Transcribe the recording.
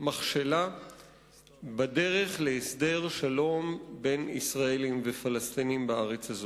מכשלה בדרך להסדר שלום בין ישראלים לפלסטינים בארץ הזאת.